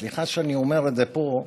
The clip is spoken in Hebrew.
סליחה שאני אומר את זה פה,